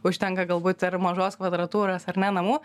užtenka galbūt ir mažos kvadratūros ar ne namų